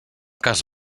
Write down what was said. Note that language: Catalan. cas